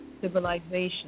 civilization